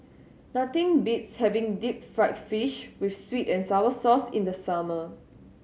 nothing beats having deep fried fish with sweet and sour sauce in the summer